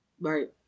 Right